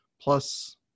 plus